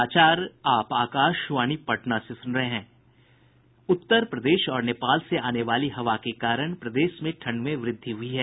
उत्तर प्रदेश और नेपाल से आने वाली हवा के कारण प्रदेश में ठंड में वृद्धि हई है